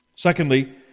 Secondly